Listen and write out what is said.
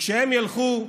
וכשהם ילכו,